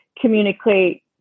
communicate